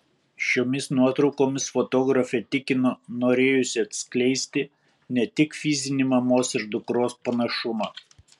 šiomis nuotraukomis fotografė tikino norėjusi atskleisti ne tik fizinį mamos ir dukros panašumą